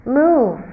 move